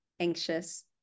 anxious